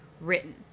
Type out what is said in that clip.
written